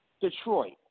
Detroit